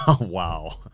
Wow